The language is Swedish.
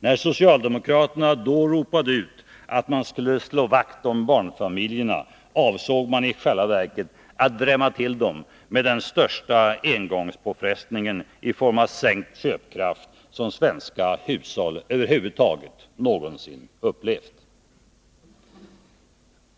När socialdemokraterna då ropade ut att man skulle slå vakt om barnfamiljerna, avsåg de i själva verket att drämma till dem med den största engångspåfrestning i form av sänkt köpkraft som svenska hushåll någonsin har upplevt.